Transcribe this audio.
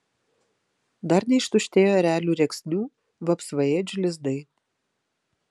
dar neištuštėjo erelių rėksnių vapsvaėdžių lizdai